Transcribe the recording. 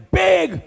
big